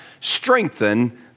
strengthen